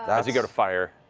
as you go to fire